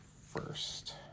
first